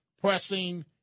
pressing